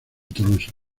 tolosa